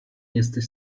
jesteś